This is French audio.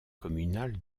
communal